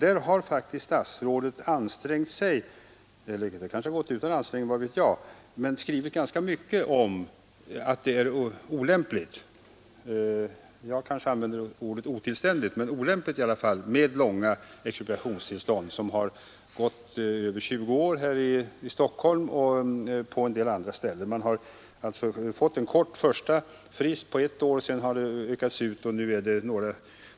Där har faktiskt statsrådet ansträngt sig — eller det kanske gått utan ansträngning, vad vet jag — att skriva ganska mycket om att det är olämpligt — jag ville hellre använda ordet otillständigt — med långa expropriationstillstånd. Här i Stockholm och på en del andra ställen har man i några fall gått över 20 år. Man har alltså fått en kort första frist på ett år, och den har sedan utökats.